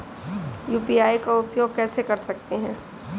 UPI का उपयोग कैसे कर सकते हैं?